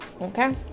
okay